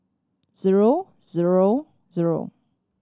zero zero zero